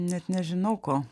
net nežinau ko